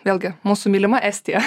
vėlgi mūsų mylima estija